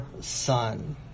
son